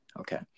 okay